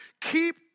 keep